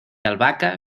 albahaca